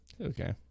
Okay